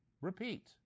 repeat